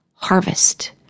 Harvest